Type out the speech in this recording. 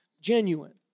genuine